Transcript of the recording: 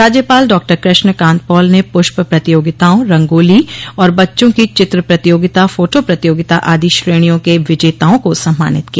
राज्यपाल डॉकृष्ण कांत पॉल ने पृष्प प्रतियोगिताओं रंगोली और बच्चों की चित्र प्रतियोगिता फोटो प्रतियोगिता आदि श्रेणियों के विजेताओं को सम्मानित किया